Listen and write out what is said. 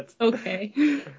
Okay